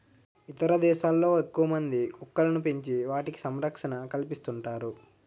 ఇతర దేశాల్లో ఎక్కువమంది కుక్కలను పెంచి వాటికి సంరక్షణ కల్పిస్తుంటారు